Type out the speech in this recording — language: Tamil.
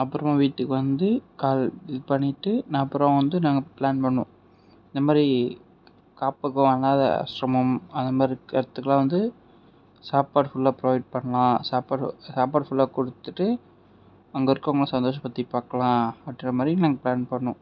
அப்புறம் வீட்டுக்கு வந்து இது பண்ணிட்டு அப்புறம் வந்து நாங்கள் பிளான் பண்ணிணோம் இந்த மாதிரி காப்பகம் அனாதை ஆஷ்ரமம் அந்தமாதிரி இருக்கிற இடத்துக்கலாம் வந்து சாப்பாடு ஃபுல்லா ப்ரொவைட் பண்ணலாம் சாப்பாடு சாப்பாடு ஃபுல்லா கொடுத்துட்டு அங்கே இருக்கவங்களை சந்தோஷப் படுத்தி பார்க்கலாம் அப்படிங்குற மாதிரி நாங்கள் பிளான் பண்ணோம்